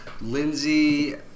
Lindsay